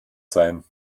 sein